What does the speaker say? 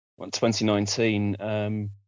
2019